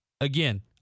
again